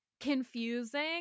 confusing